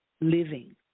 living